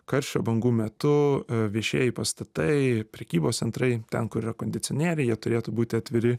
karščio bangų metu viešieji pastatai prekybos centrai ten kur yra kondicionieriai jie turėtų būti atviri